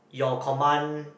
your command